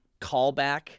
callback